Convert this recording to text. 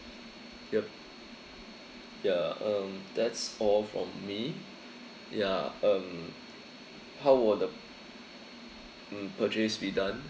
yup ya um that's all from me ya um how will the um purchase be done